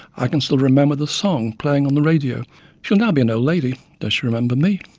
i can still remember the song playing on the radio she will now be an old lady does she remember me?